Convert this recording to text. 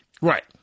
Right